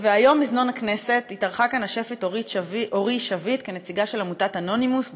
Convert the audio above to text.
והיום במזנון הכנסת התארחה השפית אורי שביט כנציגה של עמותת "אנונימוס",